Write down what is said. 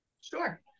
Sure